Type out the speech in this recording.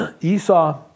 Esau